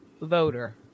voter